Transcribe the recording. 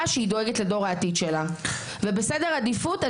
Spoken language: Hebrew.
שהיא דואגת לדור העתיד שלה ובסדר עדיפות,